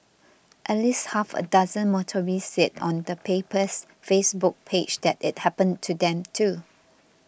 at least half a dozen motorists said on the paper's Facebook page that it happened to them too